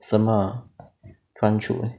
什么关处